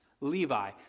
Levi